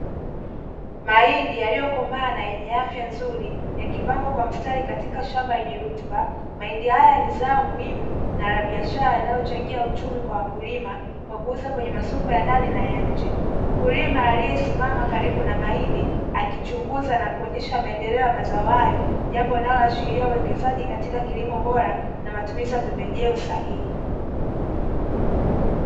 Mahindi yaliyokomaa na yenye afya nzuri yakipangwa kwa mstari katika shamba lenye rutuba. Mahindi haya ni zao muhimu na la biashara linalochangia uchumi kwa wakulima kwa kuuza mazao kwenye masoko ya ndani na ya nje. Mkulima aliyesimama karibu na mahindi akichunguza na kuonesha maendeleo ya mazao hayo, jambo linaloashiria uwekezaji katika kilimo bora na matumizi ya pembejeo sahihi.